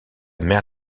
mère